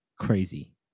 crazy